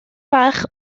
bach